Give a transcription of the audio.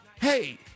Hey